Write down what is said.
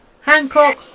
Hancock